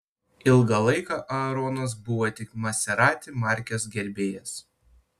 ilgą laiką aaronas buvo tik maserati markės gerbėjas